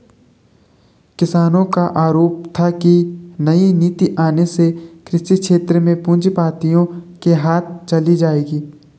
किसानो का आरोप था की नई नीति आने से कृषि क्षेत्र भी पूँजीपतियो के हाथ चली जाएगी